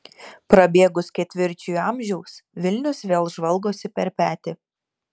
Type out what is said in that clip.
prabėgus ketvirčiui amžiaus vilnius vėl žvalgosi per petį